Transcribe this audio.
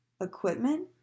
equipment